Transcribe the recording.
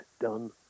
done